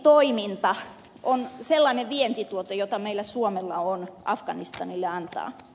poliisitoiminta on sellainen vientituote jota suomella on afganistanille antaa